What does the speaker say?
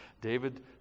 David